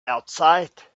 outside